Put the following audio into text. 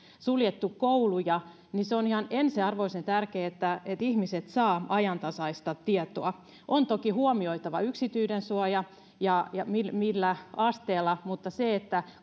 suljettu kouluja niin se on ihan ensiarvoisen tärkeää että ihmiset saavat ajantasaista tietoa on toki huomioitava yksityisyydensuoja ja ja se millä asteella se on mutta se